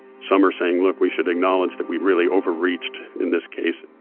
some are saying, look we should acknowledge that we really overreached in this case.